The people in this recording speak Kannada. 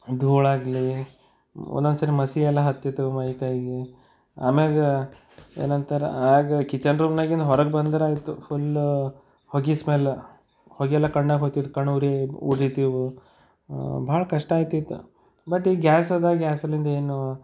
ಧೂಳಾಗಲಿ ಒಂದೊಂದು ಸರಿ ಮಸಿ ಎಲ್ಲ ಹತ್ತಿತ್ತು ಮೈ ಕೈಗೆ ಆಮ್ಯಾಗ ಏನಂತಾರೆ ಆಗ ಕಿಚನ್ ರೂಮ್ನಾಗಿಂದ ಹೊರಗೆ ಬಂದ್ರಾಯಿತು ಫುಲ್ ಹೊಗೆ ಸ್ಮೆಲ್ ಹೊಗೆ ಎಲ್ಲ ಕಣ್ಣಾಗ ಹೋಗ್ತಿತ್ತು ಕಣ್ಣು ಉರಿ ಉರಿತಿದ್ವು ಭಾಳ ಕಷ್ಟ ಆಗ್ತಿತ್ತು ಬಟ್ ಈಗ ಗ್ಯಾಸ್ ಅದ ಗ್ಯಾಸಲಿಂದ ಏನು